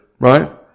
right